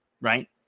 right